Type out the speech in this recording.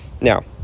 Now